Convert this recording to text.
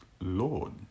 lord